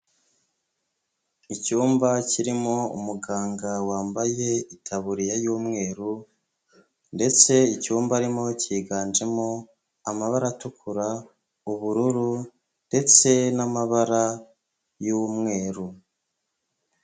Icyumba kirimo umuganga wambaye itaburiya y'umweru ndetse icyumba arimo cyiganjemo amabara atukura, ubururu, ndetse n'amabara y'umweru.